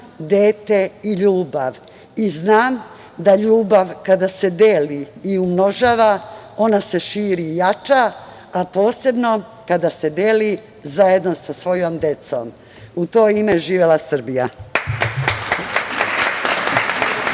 dete i ljubav. Znam da ljubav kada se deli i umnožava ona se širi i jača, a posebno kada se deli zajedno sa svojom decom. U to ime živela Srbija.